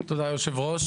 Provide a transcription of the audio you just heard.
תודה, היושב-ראש.